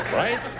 right